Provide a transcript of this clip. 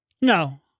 no